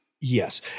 Yes